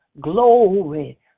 glory